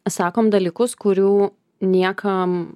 sakom dalykus kurių niekam